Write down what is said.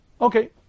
Okay